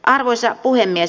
arvoisa puhemies